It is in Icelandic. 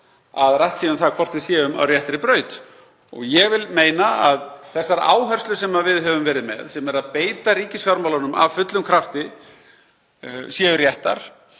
að rætt sé hvort við séum á réttri braut. Ég vil meina að þær áherslur sem við höfum verið með, sem er að beita ríkisfjármálunum af fullum krafti, séu réttar,